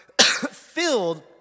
filled